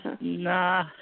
Nah